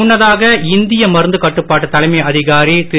முன்னதாக இந்திய மருந்து கட்டுப்பாட்டு தலைமை அதிகாரி திரு